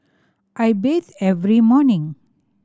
I bathe every morning